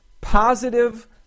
positive